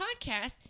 podcast